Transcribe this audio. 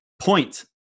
point